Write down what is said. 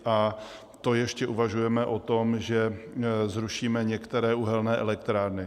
A to ještě uvažujeme o tom, že zrušíme některé uhelné elektrárny.